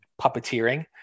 puppeteering